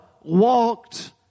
walked